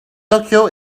tokyo